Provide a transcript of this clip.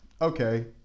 okay